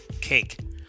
cake